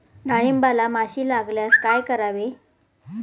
डाळींबाला माशी लागल्यास काय करावे?